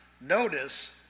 notice